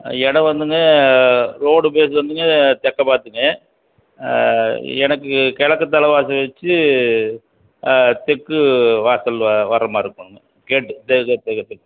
இடம் வந்துங்க road face வந்துங்க தெற்க பார்த்துங்க எனக்கு கிழக்கு தலை வாசல் வச்சு தெற்கு வாசல் வர மாதிரி இருக்குதுங்க கேட்டு தெற்கு வாசல் ம்